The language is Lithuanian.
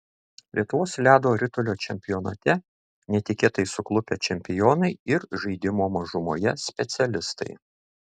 lietuvos ledo ritulio čempionate netikėtai suklupę čempionai ir žaidimo mažumoje specialistai